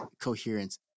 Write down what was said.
coherence